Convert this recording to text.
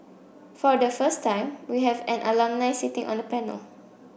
for the first time we have an alumni sitting on the panel